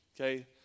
okay